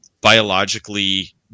biologically